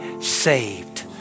saved